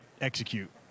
execute